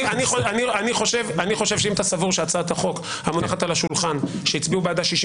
אני חושב שאם אתה סבור שהצעת החוק המונחת על השולחן שהצביעו בעדה 64